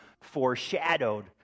foreshadowed